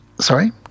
sorry